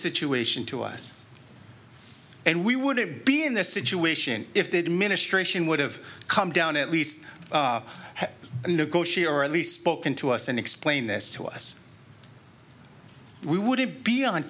situation to us and we wouldn't be in this situation if they'd ministration would have come down at least had a negotiator or at least spoken to us and explain this to us we would have be on